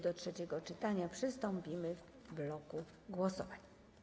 Do trzeciego czytania przystąpimy w bloku głosowań.